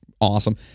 awesome